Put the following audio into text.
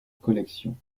collection